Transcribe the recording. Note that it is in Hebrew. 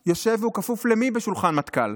יושב, והוא כפוף, למי בשולחן המטכ"ל,